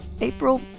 April